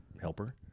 helper